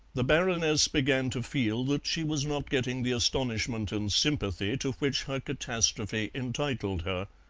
the baroness began to feel that she was not getting the astonishment and sympathy to which her catastrophe entitled her.